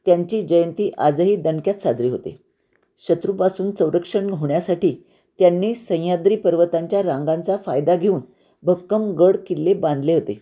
त्यांची जयंती आजही दणक्यात साजरी होते शत्रूपासून संरक्षण होण्यासाठी त्यांनी सह्याद्री पर्वतांच्या रांगांचा फायदा घेऊन भक्कम गड किल्ले बांधले होते